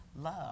love